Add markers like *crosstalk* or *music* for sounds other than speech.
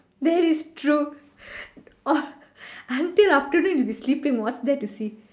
that is true *laughs* until afternoon you will be sleeping what is there to see